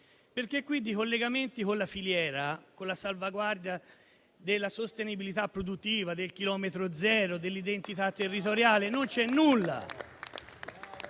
perché qui di collegamenti con la filiera, con la salvaguardia della sostenibilità produttiva, del chilometro zero e dell'identità territoriale non c'è nulla.